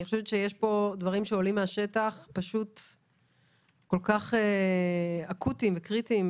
אני חושבת שיש פה דברים שעולים מהשטח כל כך אקוטיים וקריטיים.